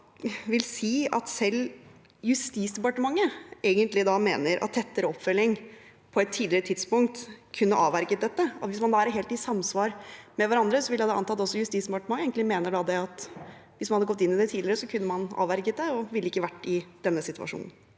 da vil si at selv Justisdepartementet egentlig mener at tettere oppfølging på et tidligere tidspunkt kunne avverget dette. Hvis man er helt i samsvar med hverandre, vil jeg anta at også Justisdepartementet egentlig mener at hvis man hadde gått inn i det tidligere, kunne man ha avverget det og ville ikke vært i denne situasjonen.